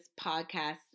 podcast